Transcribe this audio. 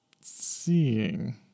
seeing